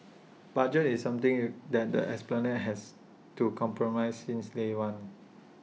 budget is something you that the esplanade has to compromise since day one